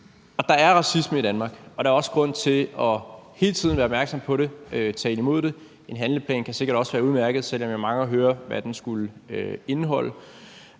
Der er racisme i Danmark, og der er også grund til hele tiden at være opmærksom på det, tale imod det. En handleplan kan sikkert også være udmærket, selv om jeg mangler at høre, hvad den skulle indeholde.